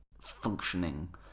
functioning